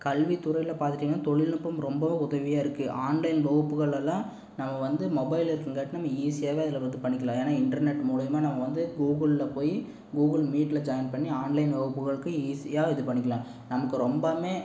கல்வி துறையில் பார்த்துட்டிங்கன்னா தொழில்நுட்பம் ரொம்பவும் உதவியாக இருக்குது ஆன்லைன் வகுப்புகள் எல்லாம் நம்ம வந்து மொபைல் இருக்குங்காட்டி நம்ம ஈஸியாகவே அதில் வந்து பண்ணிக்கலாம் ஏன்னால் இன்டர்நெட் மூலிமா நம்ம வந்து கூகுளில் போய் கூகுள் மீட்டில் ஜாயின் பண்ணி ஆன்லைன் வகுப்புகளுக்கு ஈஸியாக இது பண்ணிக்கலாம் நமக்கு ரொம்பவுமே